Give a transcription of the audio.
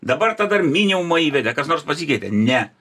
dabar tą dar minimumą įvedė kas nors pasikeitė ne